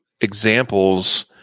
examples